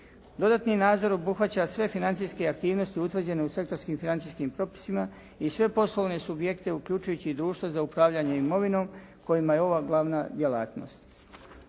Dodatni nadzor obuhvaća sve financijske aktivnosti utvrđene u sektorskim financijskim propisima i sve poslovne subjekte uključujući i društva za upravljanje imovinom kojima je ova glavna djelatnost.